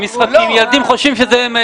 ילדים חושבים שזה אמת.